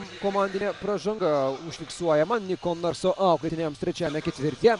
komandinė pražanga užfiksuojama niko narso auklėtiniams trečiajame ketvirtyje